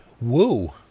Woo